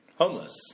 Homeless